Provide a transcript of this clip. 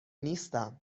نیستم